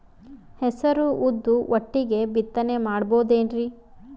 ಹೆಸರು ಉದ್ದು ಒಟ್ಟಿಗೆ ಬಿತ್ತನೆ ಮಾಡಬೋದೇನ್ರಿ?